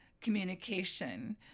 communication